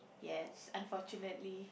yes unfortunately